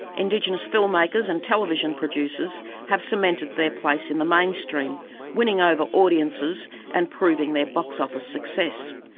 indigenous filmmakers and television producers have cemented their place in the mainstream winning over audiences and proving their box office success.